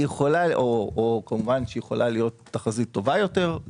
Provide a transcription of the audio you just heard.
היא גם יכולה להיות תחזית טובה יותר,